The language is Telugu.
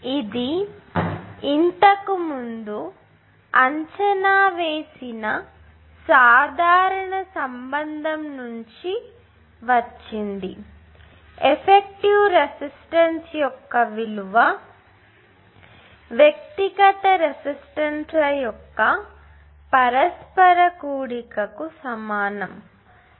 ఇది ఇంతకుముందు అంచనా వేసిన సాధారణ సంబంధం నుంచి వచ్చింది ఎఫెక్టివ్ రెసిస్టెన్స్ యొక్క విలువ వ్యక్తిగత రెసిస్టన్స్ ల యొక్క పరస్పర కూడికకి సమానము